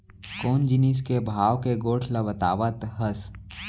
कोन जिनिस के भाव के गोठ ल बतावत हस?